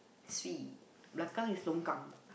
swee belakang is longkang